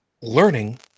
learning